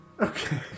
Okay